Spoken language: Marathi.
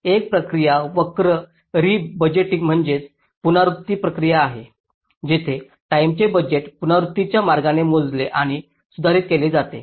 तर एक प्रक्रिया वक्र री बजेटिंग म्हणजेच पुनरावृत्ती प्रक्रिया आहे जेथे टाईमचे बजेट पुनरावृत्तीच्या मार्गाने मोजले आणि सुधारित केले जाते